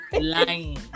lying